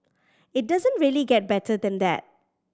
it doesn't really get better than that